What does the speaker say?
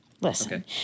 listen